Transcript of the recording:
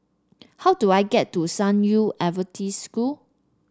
how do I get to San Yu Adventist School